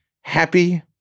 happy